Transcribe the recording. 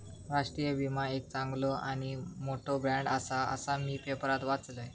राष्ट्रीय विमा एक चांगलो आणि मोठो ब्रँड आसा, असा मी पेपरात वाचलंय